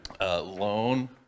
loan